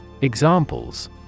Examples